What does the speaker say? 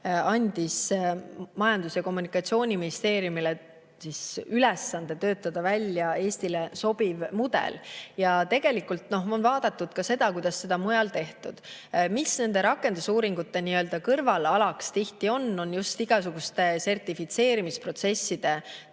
andis Majandus‑ ja Kommunikatsiooniministeeriumile ülesande töötada välja Eestile sobiv mudel. Tegelikult on vaadatud ka seda, kuidas seda mujal on tehtud. Nende rakendusuuringute kõrvalalaks on tihti igasuguste sertifitseerimisprotsesside